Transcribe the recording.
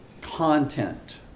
content